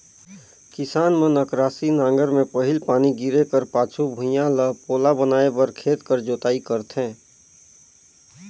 किसान मन अकरासी नांगर मे पहिल पानी गिरे कर पाछू भुईया ल पोला बनाए बर खेत कर जोताई करथे